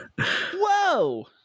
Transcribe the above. Whoa